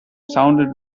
sounded